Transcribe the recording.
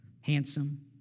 Handsome